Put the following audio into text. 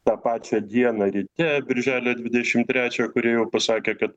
tą pačią dieną ryte birželio dvidešimt trečią kurioj jau pasakė kad